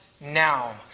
now